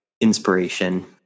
inspiration